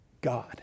God